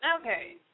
okay